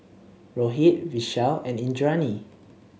Rohit Vishal and Indranee